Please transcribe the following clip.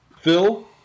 Phil